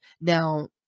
Now